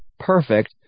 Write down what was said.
Perfect